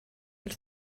els